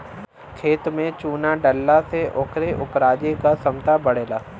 खेत में चुना डलला से ओकर उपराजे क क्षमता बढ़ेला